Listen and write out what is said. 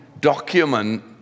document